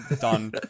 done